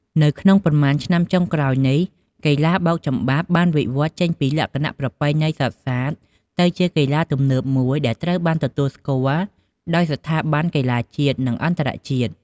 នៅក្នុងប៉ុន្មានឆ្នាំចុងក្រោយនេះ កីឡាបោកចំបាប់បានវិវឌ្ឍចេញពីលក្ខណៈប្រពៃណីសុទ្ធសាធ ទៅជាកីឡាទំនើបមួយដែលត្រូវបានទទួលស្គាល់ដោយស្ថាប័នកីឡាជាតិ និងអន្តរជាតិ។